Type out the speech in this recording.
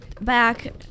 back